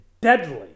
deadly